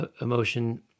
emotion